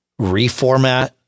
reformat